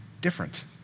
different